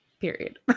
period